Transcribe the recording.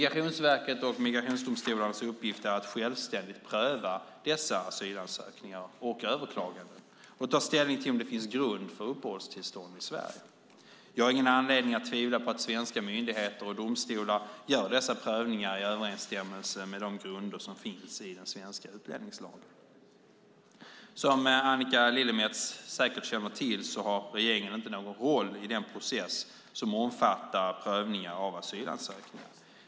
Migrationsverkets och migrationsdomstolarnas uppgift är att självständigt pröva dessa asylansökningar och överklaganden och ta ställning till om det finns grund för uppehållstillstånd i Sverige. Jag har ingen anledning att tvivla på att svenska myndigheter och domstolar gör dessa prövningar i överensstämmelse med de grunder som finns i den svenska utlänningslagen. Som Annika Lillemets säkert känner till har regeringen inte någon roll i den process som omfattar prövningar av asylansökningar.